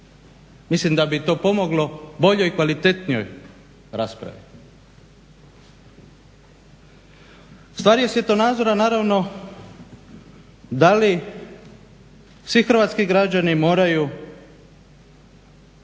Mislim da bi to pomoglo boljoj i kvalitetnijoj raspravi. Stvar je svjetonazora naravno da li svi hrvatski građani moraju